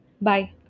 Bye